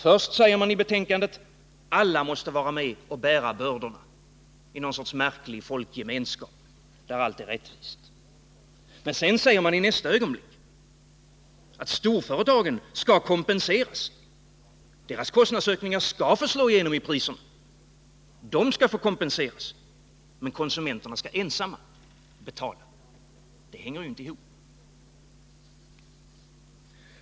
Först sägs i betänkandet att alla måste vara med och bära bördorna — någon sorts märklig folkgemenskap där allt är rättvist. Men i nästa ögonblick sägs i betänkandet: Storföretagen skall kompenseras och deras kostnadsökningar få slå igenom i priserna. Företagen skall alltså kompenseras och konsumenterna ensamma få betala. Det hänger inte ihop.